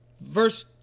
Verse